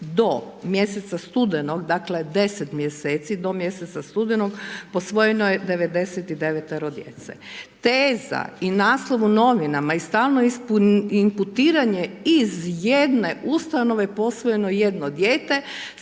do mjeseca studenoga, dakle, 10 mjeseci, do mjeseca studenoga posvojeno je 99-ero djece. Teza i naslov u novinama i stalno imputiranje iz jedne ustanove posvojeno je jedno dijete,